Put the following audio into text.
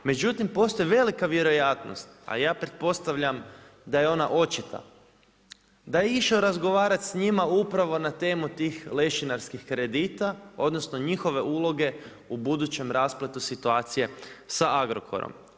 Međutim, postoji velika vjerojatnost, a ja pretpostavljam da je ona očita, da je išao razgovarati s njima, upravo na temu tih lešinarskih kredita, odnosno, njihove uloge o budućem raspletu situacije sa Agrokorom.